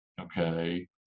okay